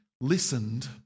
listened